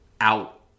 out